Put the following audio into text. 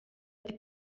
ati